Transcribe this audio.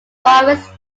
forest